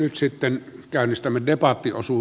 nyt sitten käynnistämä debatti osuu